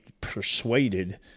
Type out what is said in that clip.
persuaded